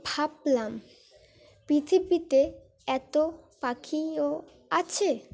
ভাবলাম পৃথিবীতে এত পাখিও আছে